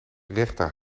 rechter